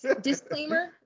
disclaimer